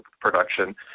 production